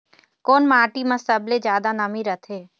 कोन माटी म सबले जादा नमी रथे?